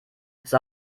ist